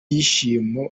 bishyimbo